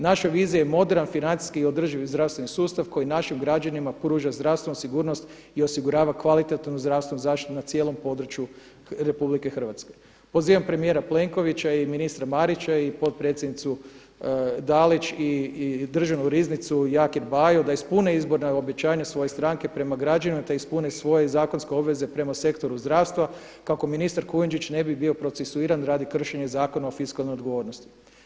Naša vizija je moderan financijski i održivi zdravstveni sustav koji našim građanima pruža zdravstvenu sigurnost i osigurava kvalitetnu zdravstvenu zaštitu na cijelom području RH.“ Pozivam premijera Plenkovića i ministra Marića i potpredsjednicu Dalić i Državnu riznicu Jaker Bajo da ispune izborna obećanja svoje stranke prema građanima, te ispune svoje zakonske obveze prema Sektoru zdravstva kako ministar Kujundžić ne bi bio procesuiran radi kršenja Zakona o fiskalnoj odgovornosti.